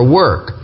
work